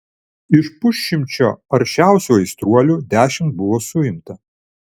iš pusšimčio aršiausių aistruolių dešimt buvo suimta